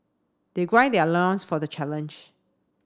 they grind their loins for the challenge